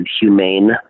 humane